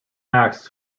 asks